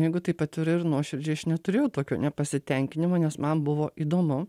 jeigu taip atvirai ir nuoširdžiai aš neturėjau tokio nepasitenkinimo nes man buvo įdomu